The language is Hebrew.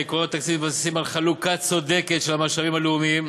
עקרונות התקציב מתבססים על חלוקה צודקת של המשאבים הלאומיים,